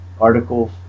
articles